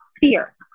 fear